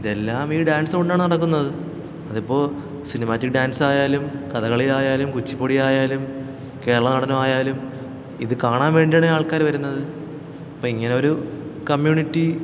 ഇതെല്ലാമീ dance കൊണ്ടാണ് നടക്കുന്നത് അതിപ്പോള് സിനിമാറ്റിക്ക് ഡാൻസായാലും കഥകളിയായാലും കുച്ചിപ്പുടി ആയാലും കേരള നടനമായാലും ഇത് കാണാൻ വേണ്ടിയാണ് ആൾക്കാര് വരുന്നത് അപ്പോള് ഇങ്ങനൊരു കമ്മ്യൂണിറ്റി